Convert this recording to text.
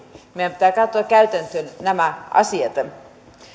meidän pitää katsoa käytäntöön nämä asiat